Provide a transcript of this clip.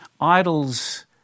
Idols